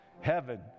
Heaven